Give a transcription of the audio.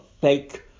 fake